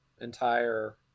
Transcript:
entire